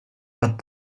but